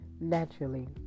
naturally